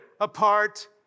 apart